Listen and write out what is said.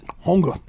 hunger